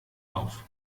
auf